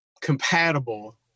compatible